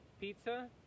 pizza